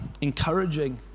encouraging